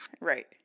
Right